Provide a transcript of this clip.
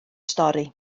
stori